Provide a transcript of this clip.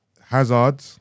Hazard